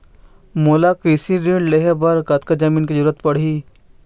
मोला कृषि ऋण लहे बर कतका जमीन के जरूरत पड़ही?